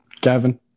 Gavin